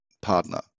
partner